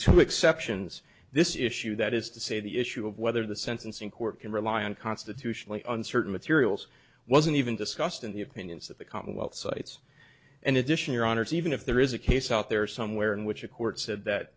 two exceptions this issue that is to say the issue of whether the sentencing court can rely on constitutionally uncertain materials wasn't even discussed in the opinions that the commonwealth cites and edition your honour's even if there is a case out there somewhere in which a court said that